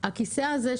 הכיסא הזה,